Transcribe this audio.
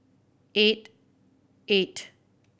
eight eight